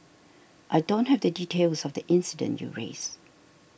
I don't have the details of the incident you raised